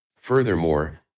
Furthermore